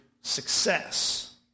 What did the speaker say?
success